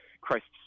Christ's